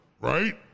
right